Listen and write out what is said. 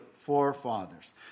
forefathers